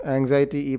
Anxiety